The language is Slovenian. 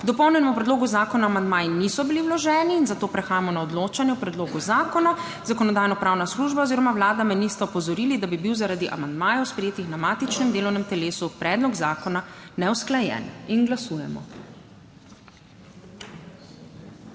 dopolnjenemu predlogu zakona amandmaji niso bili vloženi, zato prehajamo na odločanje o predlogu zakona. Zakonodajno-pravna služba oziroma Vlada me nista opozorili, da bi bil zaradi amandmajev, sprejetih na matičnem delovnem telesu, predlog zakona neusklajen. Glasujemo.